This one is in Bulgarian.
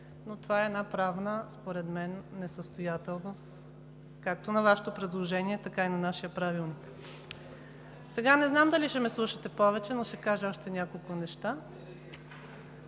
мен е една правна несъстоятелност както на Вашето предложение, така и на нашия Правилник. Сега не знам, дали ще ме слушате повече, но ще кажа още няколко неща.